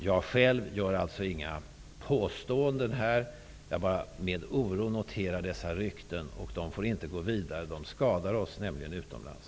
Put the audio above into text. Jag gör själv inga påståenden, utan noterar bara med oro dessa rykten. De får inte spridas vidare. De skadar oss nämligen utomlands.